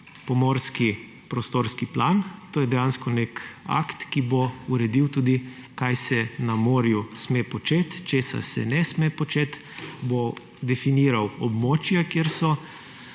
pomorski prostorski plan. To je dejansko nek akt, ki bo uredil tudi, kaj se na morju sme početi, česa se ne sme početi, bo definiral območja, kjer so